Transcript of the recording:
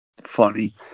funny